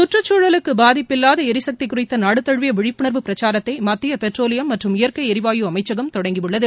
கற்றுக்சூழலுக்கு பாதிப்பு இல்லாத எரிசக்தி குறித்த நாடு தழுவிய விழிப்புணா்வு பிரசாரத்தை மத்திய பெட்ரோலிய மற்றும் இயற்கை ளரிவாயு அமைச்சகம் தொடங்கியுள்ளது